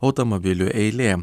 automobilių eilė